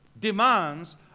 demands